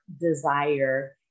desire